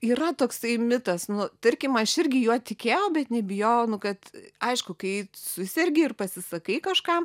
yra toksai mitas nu tarkim aš irgi juo tikėjau bet nebijojau nu kad aišku kai susergi ir pasisakai kažkam